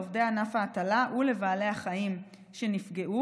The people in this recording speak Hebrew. לעובדי ענף ההטלה ולבעלי החיים שנפגעו.